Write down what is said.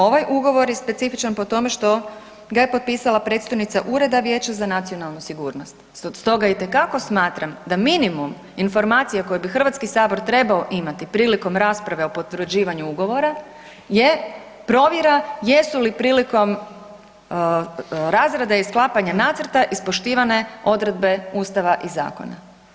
Ovaj ugovor je specifičan po tome što ga je potpisala predstojnica Ureda Vijeća za nacionalnu sigurnost, stoga itekako smatram da minimum informacija koje bi HS trebao imati prilikom rasprave o Potvrđivanju ugovora je provjera jesu li prilikom razrade i sklapanja nacrta ispoštivane odredbe Ustava i zakona.